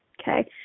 Okay